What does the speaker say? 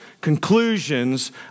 conclusions